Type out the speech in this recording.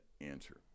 answer